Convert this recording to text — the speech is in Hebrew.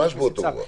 ממש באותה רוח.